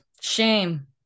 Shame